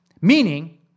meaning